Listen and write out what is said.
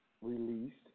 released